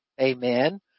Amen